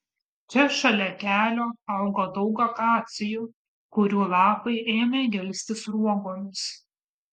čia šalia kelio auga daug akacijų kurių lapai ėmė gelsti sruogomis